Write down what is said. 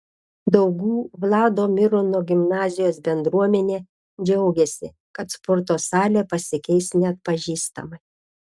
daugų vlado mirono gimnazijos bendruomenė džiaugiasi kad sporto salė pasikeis neatpažįstamai